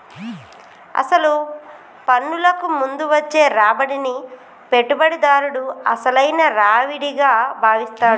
అసలు పన్నులకు ముందు వచ్చే రాబడిని పెట్టుబడిదారుడు అసలైన రావిడిగా భావిస్తాడు